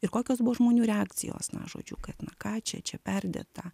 ir kokios buvo žmonių reakcijos na žodžiu kad na ką čia čia perdėta